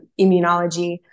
immunology